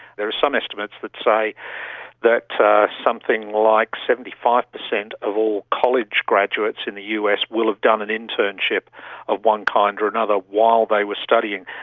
there are some estimates that say that something like seventy five percent of all college graduates in the us will have done an internship of one kind or another while they were studying.